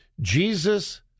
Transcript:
Jesus